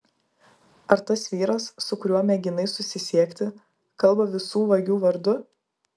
ar tas vyras su kuriuo mėginai susisiekti kalba visų vagių vardu